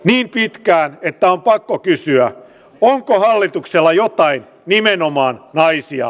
niin pitkään että on pakko kysyä onko hallituksella jotain nimenomaan naisia